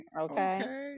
Okay